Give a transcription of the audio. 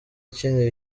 akinira